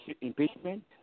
impeachment